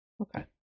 okay